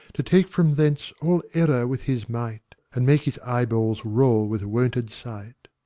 to take from thence all error with his might and make his eyeballs roll with wonted sight.